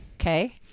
Okay